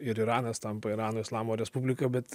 ir iranas tampa irano islamo respublika bet